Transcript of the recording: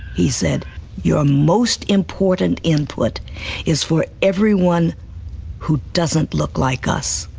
he said your most important input is for everyone who doesn't look like us,